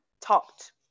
talked